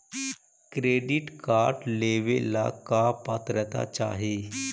Credit card लेवेला का पात्रता चाही?